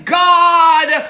god